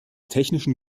technischen